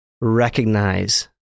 recognize